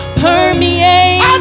permeate